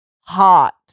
Hot